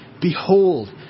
Behold